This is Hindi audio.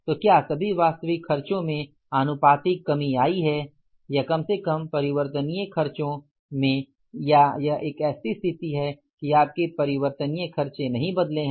तो क्या सभी वास्तविक खर्चों में आनुपातिक कमी आई है या कम से कम परिवर्तनीय खर्चों में या यह एक ऐसी स्थिति है कि आपके परिवर्तनीय खर्च नहीं बदले है